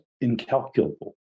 incalculable